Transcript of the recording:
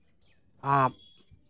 ᱟᱯ